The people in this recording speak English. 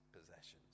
possessions